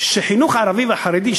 שהחינוך הערבי והחרדי,